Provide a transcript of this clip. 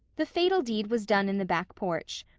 the fatal deed was done in the back porch.